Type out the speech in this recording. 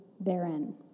therein